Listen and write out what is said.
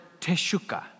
teshuka